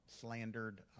slandered